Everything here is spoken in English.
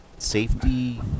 Safety